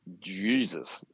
Jesus